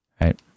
right